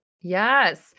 Yes